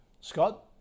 Scott